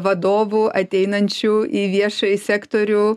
vadovų ateinančių į viešąjį sektorių